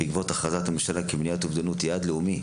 בעקבות הכרזת הממשלה כי מניעת אובדנות היא יעד לאומי.